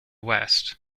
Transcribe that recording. west